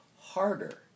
harder